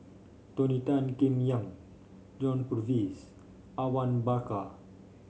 Tony Tan Keng Yam John Purvis Awang Bakar